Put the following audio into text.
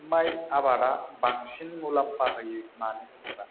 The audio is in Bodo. माय आबादा बांसिन मुलाम्फा होयो मानो होनोबा